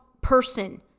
person